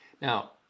Now